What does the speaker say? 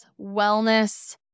wellness